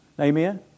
Amen